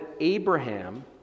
Abraham